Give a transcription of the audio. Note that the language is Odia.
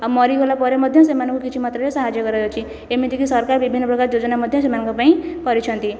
ଆଉ ମରିଗଲା ପରେ ମଧ୍ୟ ସେମାନଙ୍କୁ କିଛି ମାତ୍ରାରେ ସାହାଯ୍ୟ କରାଯାଉଛି ଏମିତିକି ସରକାର ବିଭିନ୍ନ ପ୍ରକାର ଯୋଜନା ମଧ୍ୟ ସେମାନଙ୍କ ପାଇଁ କରିଛନ୍ତି